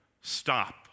Stop